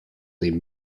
des